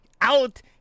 Out